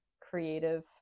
creative